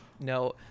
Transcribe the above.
No